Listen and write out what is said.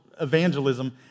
evangelism